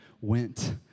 went